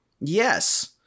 Yes